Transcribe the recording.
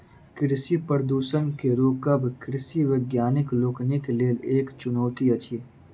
कृषि प्रदूषण के रोकब कृषि वैज्ञानिक लोकनिक लेल एक चुनौती अछि